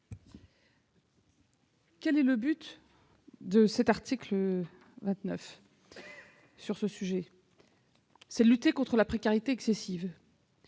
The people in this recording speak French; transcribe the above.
Quel est le but de l'article 29 sur ce sujet ? Il est de lutter contre la précarité excessive,